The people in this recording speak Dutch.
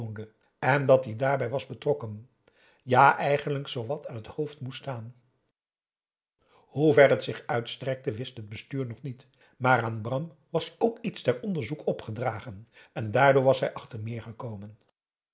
en dat die daarbij was betrokken ja eigenlijk zoo wat aan het hoofd moest staan hoever het zich uitstrekte wist het bestuur nog niet maar aan bram was aum boe akar eel ook iets ter onderzoek opgedragen en daardoor was hij achter meer gekomen